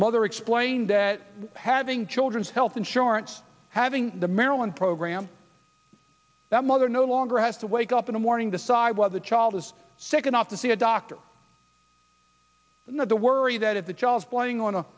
mother explained that having children's health insurance having the maryland program that mother no longer has to wake up in the morning decide what the child is sick enough to see a doctor not to worry that if the child playing on a